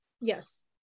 Yes